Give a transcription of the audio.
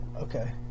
Okay